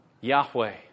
Yahweh